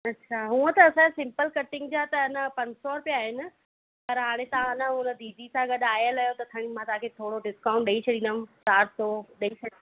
अच्छा हूंअ त असांजा सिंपल कटिंग जा त न पंज सौ रुपिया आहिनि पर हाणे तव्हां न उन दीदी सां गॾु आयल आयो त खणी मां तव्हांखे थोरो डिस्काउंट ॾेई छॾिंदमि चारि सौ ॾेई